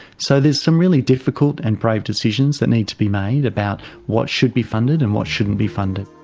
so there's some really difficult and brave decisions that need to be made about what should be funded and what shouldn't be funded.